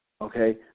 Okay